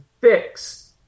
fix